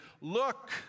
look